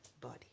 body